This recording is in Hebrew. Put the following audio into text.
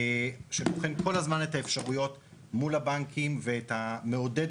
שבוחן כל הזמן את האפשרויות מול הבנקים ומעודד